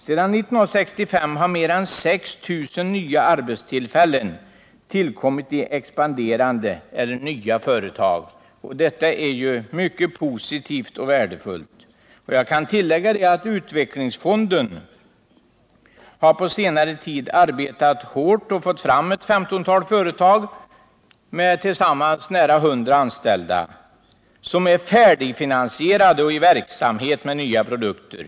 Sedan 1965 har mer än 6 000 nya arbetstillfällen tillkommit i expanderande eller nya företag, och detta är mycket positivt och värdefullt. Jag kan tillägga att utvecklingsfonden på senare tid har arbetat hårt och fått fram ett 15-tal företag med tillsammans nära 100 anställda, vilka är färdigfinansierade och i verksamhet med nya produkter.